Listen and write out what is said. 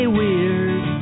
weird